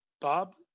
Bob